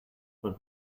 but